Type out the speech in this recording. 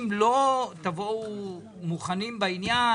אם לא תבואו מוכנים בעניין,